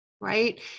right